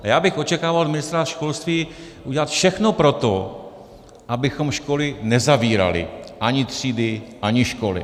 A já bych očekával od ministra školství udělat všechno pro to, abychom školy nezavírali, ani třídy, ani školy.